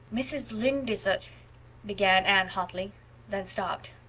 mrs. lynde is a began anne hotly then stopped.